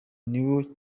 nico